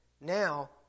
Now